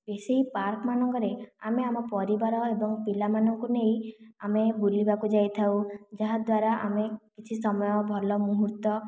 ଏହି ସେହି ପାର୍କ ମାନଙ୍କରେ ଆମେ ଆମ ପରିବାର ଏବଂ ପିଲାମାନଙ୍କୁ ନେଇ ଆମେ ବୁଲିବାକୁ ଯାଇଥାଉ ଯାହାଦ୍ୱାରା ଆମେ କିଛି ସମୟ ଭଲ ମୁହୂର୍ତ୍ତ